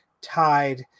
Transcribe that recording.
tied